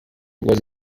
was